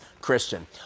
Christian